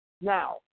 Now